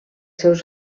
seus